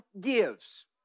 gives